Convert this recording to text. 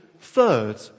third